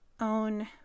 own